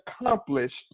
accomplished